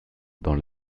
dans